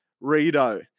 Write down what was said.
Rito